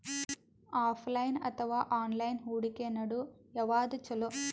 Offline ಅಥವಾ online ಹೂಡಿಕೆ ನಡು ಯವಾದ ಛೊಲೊ?